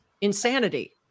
insanity